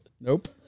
Nope